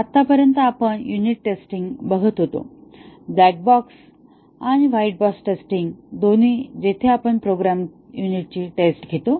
आतापर्यंत आपण unit testing बघत होतो ब्लॅक बॉक्स आणि व्हाईट बॉक्स टेस्टिंग दोन्ही जेथे आपण प्रोग्राम युनिटची टेस्ट घेतो